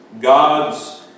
God's